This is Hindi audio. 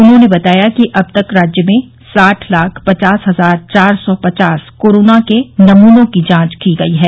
उन्होंने बताया कि अब तक राज्य में साठ लाख पचास हजार चार सौ पचास कोरोना के नमूनों की जांच की गई है